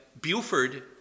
Buford